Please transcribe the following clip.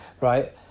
right